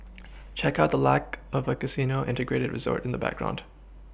check out the lack of a casino Integrated resort in the background